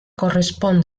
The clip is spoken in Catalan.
correspon